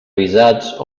visats